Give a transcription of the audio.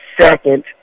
second